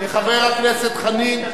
חבר הכנסת חנין,